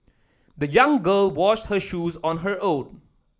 the young girl washed her shoes on her own